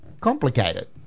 complicated